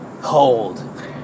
hold